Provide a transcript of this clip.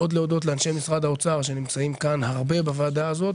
מאוד להודות לאנשי משרד האוצר שנמצאים כאן הרבה בוועדה הזאת,